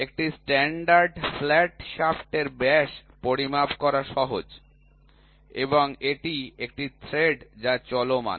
একটি standard flat shaft এর ব্যাস পরিমাপ করা সহজ এখানে এটি একটি থ্রেড যা চলমান